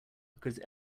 because